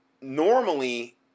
normally